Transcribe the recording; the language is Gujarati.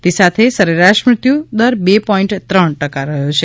તે સાથે સરેરાશ મૃત્યુ દર બે પોઈન્ટ ત્રણ ટકા થયો છે